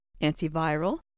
antiviral